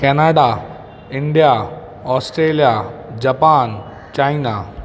Canada India Australia Japan China